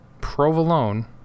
Provolone